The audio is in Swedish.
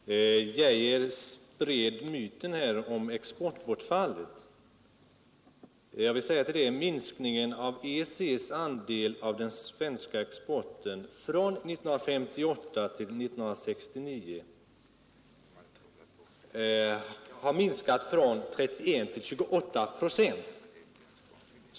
Fru talman! Herr Arne Geijer i Stockholm spred här myten om exportbortfallet. Jag vill till det säga att EEC:s andel av den svenska exporten från 1958 till 1969 har minskat från 31 till 28 procent.